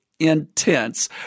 intense